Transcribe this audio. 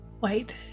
Wait